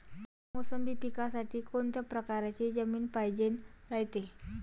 मोसंबी पिकासाठी कोनत्या परकारची जमीन पायजेन रायते?